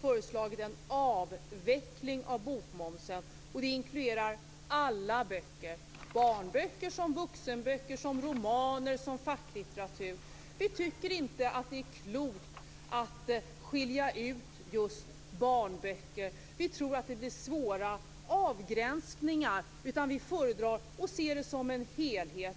föreslagit en avveckling av bokmomsen. Det inkluderar alla böcker, barnböcker, vuxenböcker, romaner och facklitteratur. Vi tycker inte att det är klokt att skilja ut just barnböcker. Vi tror att det blir svårt att göra avgränsningar där. Vi föredrar att se det som en helhet.